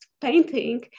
painting